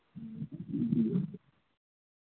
जी